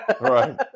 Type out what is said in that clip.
Right